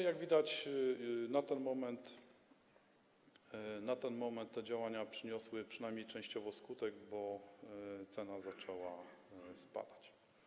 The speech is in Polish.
Jak widać, na ten moment te działania przyniosły, przynajmniej częściowo, skutek, bo cena zaczęła spadać.